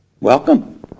Welcome